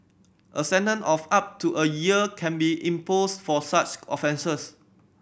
a sentence of up to a year can be imposed for such offences